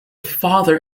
father